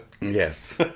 Yes